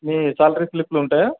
మీ salary స్లిప్పులు ఉంటాయా